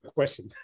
question